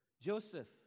Joseph